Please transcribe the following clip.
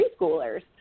preschoolers